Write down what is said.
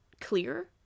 clear